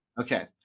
Okay